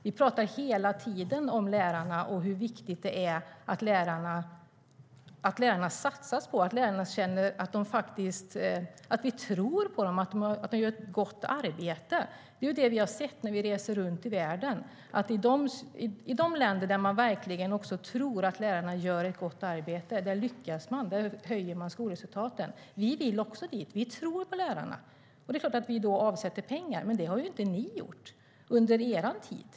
Vi pratar hela tiden om lärarna, hur viktigt det är att det satsas på lärarna och att lärarna känner att vi tror på dem och att de gör ett gott arbete. Det är det vi har sett när vi reser runt i världen. I de länder där man verkligen tror att lärarna gör ett gott arbete lyckas man. Där höjer man skolresultaten. Vi vill också dit. Vi tror på lärarna. Det är klart att vi då avsätter pengar. Men det har inte ni gjort under er tid.